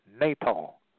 Natal